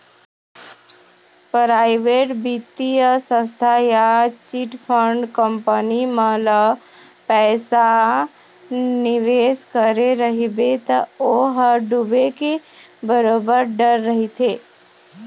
private बित्तीय संस्था या चिटफंड कंपनी मन म पइसा निवेस करे रहिबे त ओ ह डूबे के बरोबर डर रहिथे